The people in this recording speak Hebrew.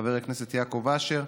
חבר הכנסת יעקב אשר,